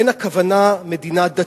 אין הכוונה מדינה דתית.